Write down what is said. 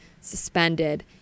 suspended